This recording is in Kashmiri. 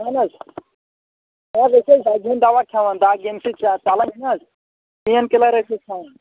اہَن حظ نہ حظ أسۍ ٲسۍ دَگہِ ہُنٛد دَوا کھٮ۪وان دَگ ییٚمہِ سۭتۍ ژَلَان چھَےٚ نہ حظ پٮ۪ن کِلَر ٲسۍ کھٮ۪وان